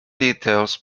details